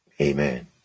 Amen